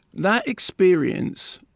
that experience